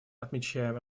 отмечаем